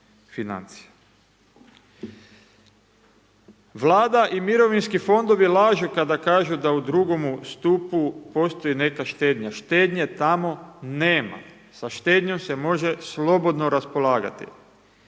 financije. Vlada i mirovinski fondovi lažu, kada kažu da u 2. stupu postoji neka štednja, štednje tamo nema. Sa štednjom se može slobodno raspolagati.